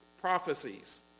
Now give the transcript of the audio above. prophecies